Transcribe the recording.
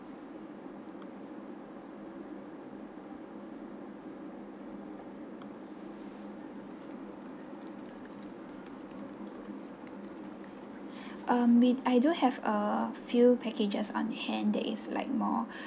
um we I do have a few packages on hand that is like more